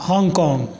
Hong Kong